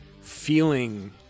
feeling